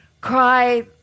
cry